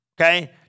Okay